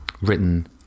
written